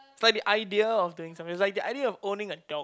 but the idea of doing something is like the idea of owning a dog